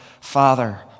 Father